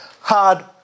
hard